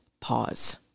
pause